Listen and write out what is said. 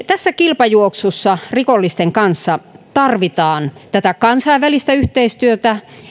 tässä kilpajuoksussa rikollisten kanssa tarvitaan kansainvälistä yhteistyötä